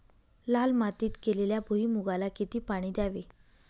लाल मातीत केलेल्या भुईमूगाला किती पाणी द्यावे?